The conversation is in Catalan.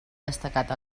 destacat